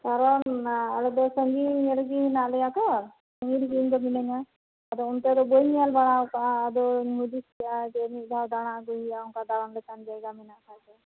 ᱠᱟᱨᱚᱱ ᱟᱞᱮ ᱫᱚ ᱥᱟᱺᱜᱤᱧ ᱧᱚᱜ ᱨᱮᱜᱮ ᱢᱮᱱᱟᱜ ᱞᱮᱭᱟ ᱛᱚ ᱥᱟᱺᱜᱤᱧ ᱨᱮᱜᱮ ᱤᱧ ᱫᱚ ᱢᱤᱱᱟᱹᱧᱟ ᱟᱫᱚ ᱚᱱᱛᱮ ᱫᱚ ᱵᱟᱹᱧ ᱧᱮᱞ ᱵᱟᱲᱟᱣᱟᱠᱟᱜᱼᱟ ᱟᱫᱚᱧ ᱦᱩᱫᱤᱥ ᱠᱮᱫᱼᱟ ᱡᱮ ᱢᱤᱫ ᱫᱷᱟᱣ ᱫᱟᱲᱟ ᱟᱹᱜᱩ ᱦᱩᱭᱩᱜᱼᱟ ᱚᱱᱠᱟ ᱫᱟᱲᱟ ᱞᱮᱠᱟᱱ ᱡᱟᱭᱜᱟ ᱢᱮᱱᱟᱜ ᱠᱷᱟᱱ ᱫᱚ